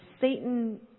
Satan